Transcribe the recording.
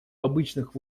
обычных